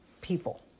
people